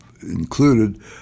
included